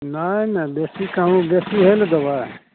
नहि नहि बेसी कहूँ बेसी होइ ले देबै